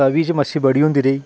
तवी च मच्छी बड़ी होंदी रेही